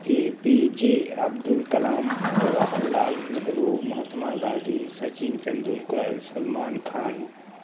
a P J Abdul Kalam Jawaharlal Nehru Mahatma Gandhi Sachin Tendulkar Salman Khan